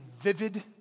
vivid